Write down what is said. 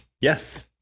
Yes